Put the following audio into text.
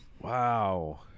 Wow